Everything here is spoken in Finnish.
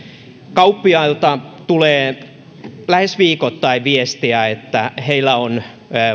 kauppiailta tulee lähes viikoittain viestiä että heillä on